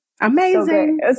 amazing